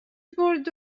برد